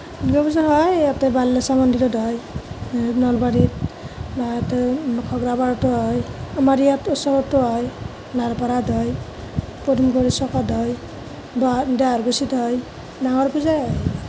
দূৰ্গা পূজা হয় ইয়াতে বালেশ্ৱৰ মন্দিৰত হয় নলবাৰীত বা ইয়াতে ঘগ্ৰাপাৰাতো হয় আমাৰ ইয়াত ওচৰতো হয় নাৰপাৰাত হয় পদুমবাৰী চ'কত হয় দহাৰ দহাৰকুছিত হয় ডাঙৰ পূজাই হয়